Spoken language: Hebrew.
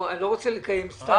אני לא רוצה לקיים סתם דיון.